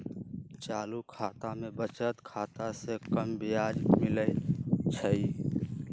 चालू खता में बचत खता से कम ब्याज मिलइ छइ